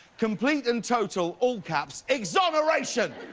complete and total, all caps, exoneration.